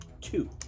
two